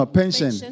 pension